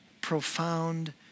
profound